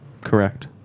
Correct